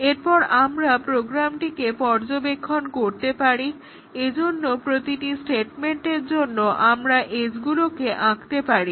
এরপর আমরা প্রোগ্রামটিকে পর্যবেক্ষণ করতে পারি এজন্য প্রতিটি স্টেটমেন্টের জন্য আমরা এজগুলোকে আঁকতে পারি